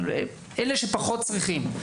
אבל אלה שפחות צריכים.